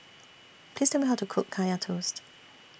Please Tell Me How to Cook Kaya Toast